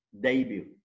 debut